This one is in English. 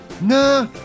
Nah